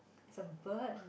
it's a bird